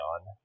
on